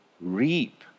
reap